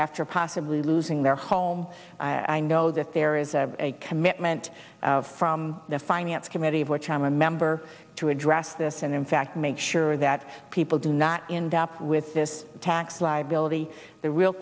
after possibly losing their home i know that there is a commitment from the finance committee of which i'm a member to address this and in fact make sure that people do not in depth with this tax liability the real